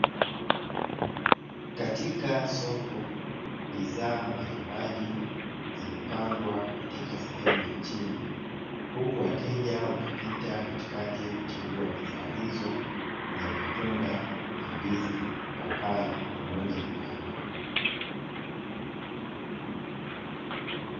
Katika soko bidhaa mbalimbali zimepangwa katika sehemu ya chini, huku wateja wakipita katikati kuchagua bidhaa hizo za matunda ya ndizi, papai pamoja na maembe.